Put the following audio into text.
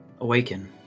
awaken